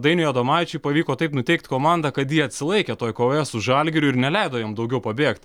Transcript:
dainiui adomaičiui pavyko taip nuteikt komandą kad jie atsilaikė toj kovoje su žalgiriu ir neleido jam daugiau pabėgt